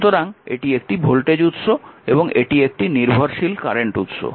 সুতরাং এটি একটি ভোল্টেজ উৎস এবং এটি একটি নির্ভরশীল কারেন্ট উৎস